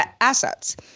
assets